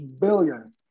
Billion